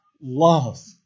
love